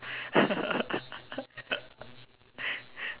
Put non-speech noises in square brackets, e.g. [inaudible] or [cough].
[laughs]